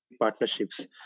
partnerships